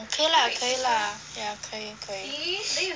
okay lah 可以 lah ya 可以可以